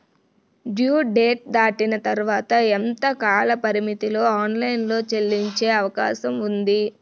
Due date దాటిన తర్వాత ఎంత కాలపరిమితిలో ఆన్ లైన్ లో చెల్లించే అవకాశం వుంది?